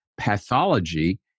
pathology